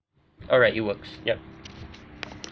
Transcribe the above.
alright it works yup